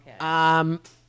okay